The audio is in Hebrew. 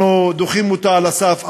אנחנו דוחים אותה על הסף,